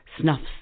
snuffs